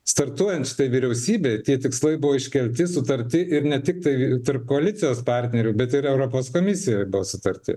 startuojant šitai vyriausybei tie tikslai buvo iškelti sutarti ir ne tiktai tarp koalicijos partnerių bet ir europos komisijoj buvo sutarti